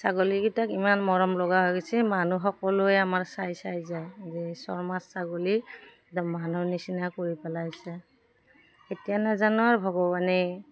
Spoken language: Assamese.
ছাগলীকেইটাক ইমান মৰম লগা হৈ গৈছে মানুহ সকলোৱে আমাৰ চাই চাই যায় যে শৰ্মাৰ ছাগলী একদম মানুহ নিচিনা কৰি পেলাইছে এতিয়া নাজানো আৰ ভগবানে